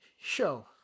Show